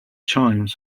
chimes